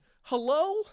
hello